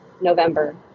November